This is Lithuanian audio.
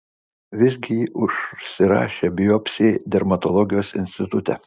visgi ji užsirašė biopsijai dermatologijos institute